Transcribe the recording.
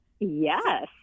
Yes